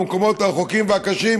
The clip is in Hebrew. במקומות הרחוקים והקשים,